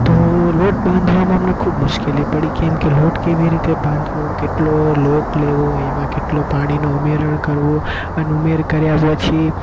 તો લોટ બાંધવામાં અમને ખૂબ મુશ્કેલી પડી કેમકે લોટ કેવી રીતે બાંધવો કેટલો લોટ લેવો એમાં કેટલું પાણીનો ઉમેરણ કરવું અને ઉમેર કર્યા પછી